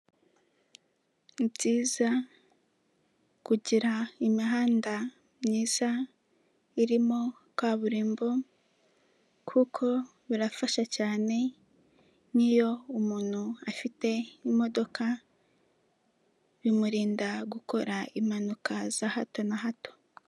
Ni byiza kugira imihanda myiza irimo kaburimbo kuko birafasha cyane, niyo umuntu afite imodoka bimurinda gukora impanuka za hato na hato.